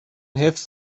حفظ